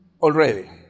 already